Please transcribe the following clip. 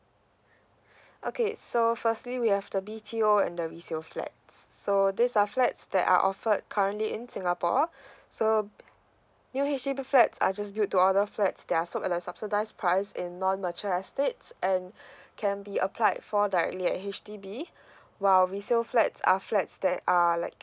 okay so firstly we have the B T O and the resale flat so these are flats that are offered currently in singapore so new H_D_B flats are just build to order flats that are sold at the subsidised price in non mature estates and can be applied for directly at H_D_B while resale flats are flats that are like